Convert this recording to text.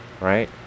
Right